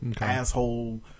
asshole